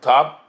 Top